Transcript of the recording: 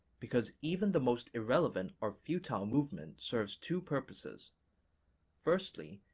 because even the most irrelevant or futile movement serves two purposes firstly,